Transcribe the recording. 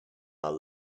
our